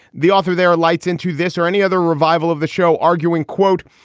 the author, their lights into this or any other revival of the show, arguing, quote,